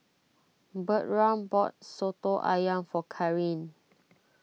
Bertram bought Soto Ayam for Karyn